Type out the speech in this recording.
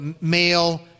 male